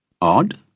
Odd